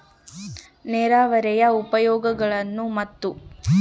ನೇರಾವರಿಯ ಉಪಯೋಗಗಳನ್ನು ಮತ್ತು?